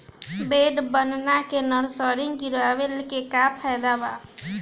Bed बना के nursery गिरवले के का फायदा बा?